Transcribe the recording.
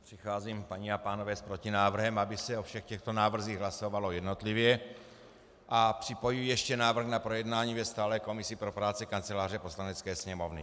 Já přicházím, paní a pánové, s protinávrhem, aby se o všech těchto návrzích hlasovalo jednotlivě, a připojuji ještě návrh na projednání ve stálé komisi pro práci Kanceláře Poslanecké sněmovny.